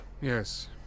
Yes